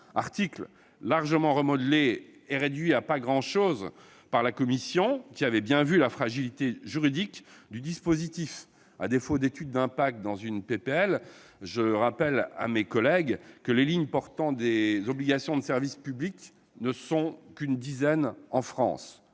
été largement remodelé et réduit à pas grand-chose par la commission, qui a bien vu la fragilité juridique du dispositif : à défaut d'une étude d'impact, je rappelle à mes collègues que les lignes soumises à des obligations de service public ne sont qu'une dizaine en France.